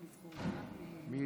כבוד שר הבריאות, אני מביא